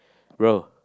bro